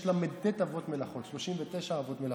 יש ל"ט אבות מלאכות, 39 אבות מלאכות,